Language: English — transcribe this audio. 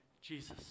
Jesus